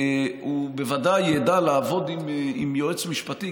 הוא בוודאי ידע לעבוד עם יועץ משפטי,